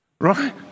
right